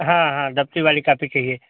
हाँ हाँ दप्ती वाली कापी चाहिए